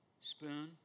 spoon